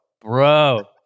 bro